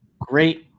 great